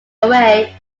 away